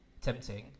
tempting